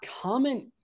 comment